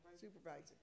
supervisor